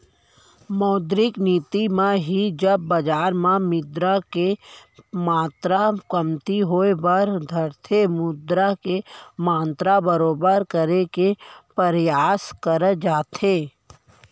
मौद्रिक नीति म ही जब बजार म मुद्रा के मातरा कमती होय बर धरथे मुद्रा के मातरा बरोबर करे के परयास करे जाथे